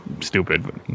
stupid